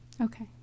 Okay